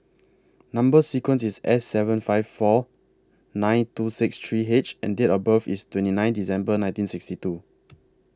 Number sequence IS S seven five four nine two six three H and Date of birth IS twenty nine December nineteen sixty two